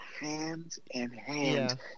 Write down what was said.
hand-in-hand